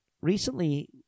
recently